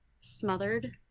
smothered